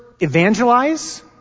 evangelize